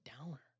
downer